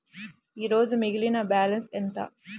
ఈరోజు మిగిలిన బ్యాలెన్స్ ఎంత?